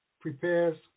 prepares